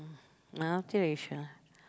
multiracial